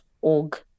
org